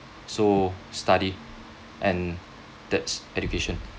so study and that's education